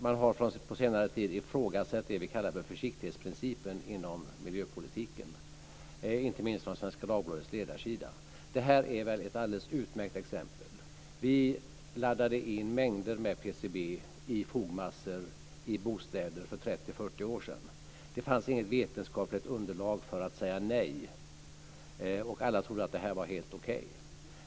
Man har på senare tid ifrågasatt det vi kallar för försiktighetsprincipen inom miljöpolitiken inte minst från Svenska Dagbladets ledarsida. Detta är väl ett alldeles utmärkt exempel. Vi laddade in mängder med PCB i fogmassor i bostäder för 30-40 år sedan. Det fanns inget vetenskapligt underlag för att säga nej, och alla trodde att det var helt okej.